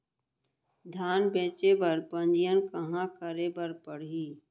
धान बेचे बर पंजीयन कहाँ करे बर पड़ही?